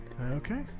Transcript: Okay